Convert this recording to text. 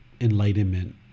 enlightenment